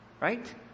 Right